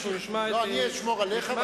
אנחנו נשמע את קריאותיו,